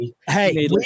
Hey